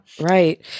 right